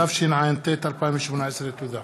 התשע"ט 2018. תודה.